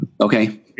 okay